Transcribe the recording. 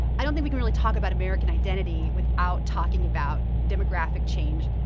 i don't think we can really talk about american identity without talking about demographic change,